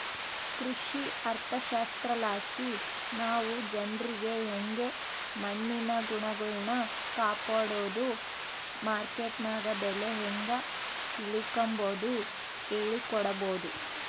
ಕೃಷಿ ಅರ್ಥಶಾಸ್ತ್ರಲಾಸಿ ನಾವು ಜನ್ರಿಗೆ ಯಂಗೆ ಮಣ್ಣಿನ ಗುಣಗಳ್ನ ಕಾಪಡೋದು, ಮಾರ್ಕೆಟ್ನಗ ಬೆಲೆ ಹೇಂಗ ತಿಳಿಕಂಬದು ಹೇಳಿಕೊಡಬೊದು